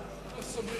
ההצעה להעביר